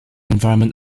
environment